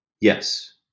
Yes